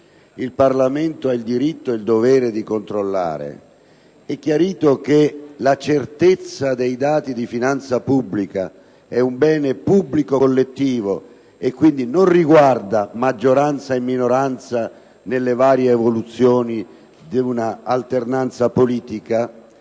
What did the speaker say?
il Parlamento ha il diritto e il dovere di controllare e chiarito che la certezza dei dati di finanza pubblica è un bene pubblico collettivo e, quindi, non riguarda maggioranza e minoranza nelle varie evoluzioni di una alternanza politica,